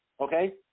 Okay